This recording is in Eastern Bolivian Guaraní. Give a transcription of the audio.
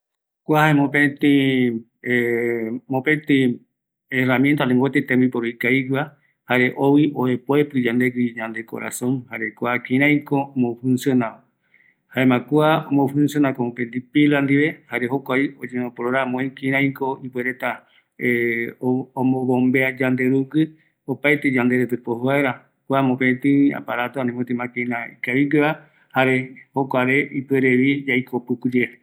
﻿Kua mopeti herramienta ani mopeti tembiporu ikavigueva, jare ou oipoepi yandegui yande korazon jare kua kiraiko omo funciona, jaema kua omofuncionako mopeti pila ndie, jare jolkuavi oñemoprograma öi kiraiko ipuereta ou ombomboevea yande yanderugui opaete yanderete omborivaera, kua mopeti aparato ani mopeti makina ikavigueva jarevi jokuagui ipuere yaiko pukuye